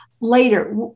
later